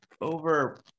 over